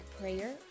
prayer